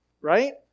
right